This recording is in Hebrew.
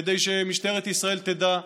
כדי שמשטרת ישראל תדע,